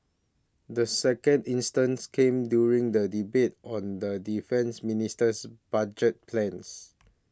the second instance came during the debate on the Defence Minister's budget plans